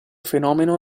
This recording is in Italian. fenomeno